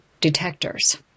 detectors